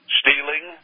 stealing